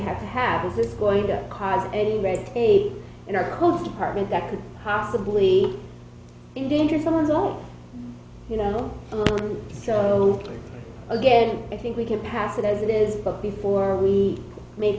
have to have is this going to cause a red state in our whole department that could possibly endangered someone's home you know so again i think we can pass it as it is but before we make